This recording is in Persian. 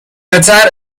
قطر